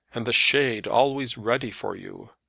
and the shade always ready for you.